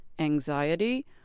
anxiety